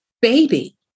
baby